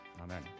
amen